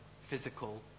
physical